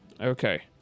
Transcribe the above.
Okay